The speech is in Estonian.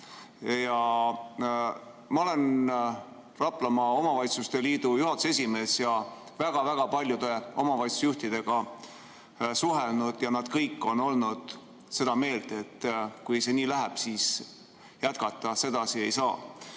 Ma olen Raplamaa Omavalitsuste Liidu juhatuse esimees ja väga paljude omavalitsusjuhtidega suhelnud ja nad kõik on olnud seda meelt, et kui see nii läheb, siis jätkata sedasi ei saa.